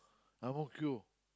Ang-Mo-Kio